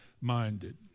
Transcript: minded